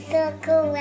Circle